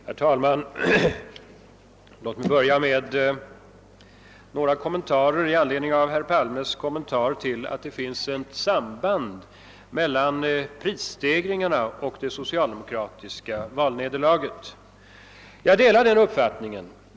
Herr talman! Låt mig börja med några Ord i anledning av herr Palmes kommentar till att det finns ett samband mellan prisstegringarna och det socialdemokratiska valnederlaget. Jag delar den uppfattningen.